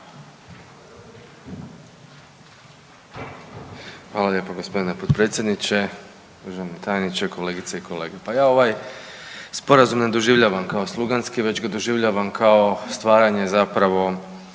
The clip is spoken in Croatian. Hvala lijepo g. potpredsjedniče, državni tajniče, kolegice i kolege. Pa ja ovaj Sporazum ne doživljavam kao sluganski već ga doživljavam kao stvaranje zapravo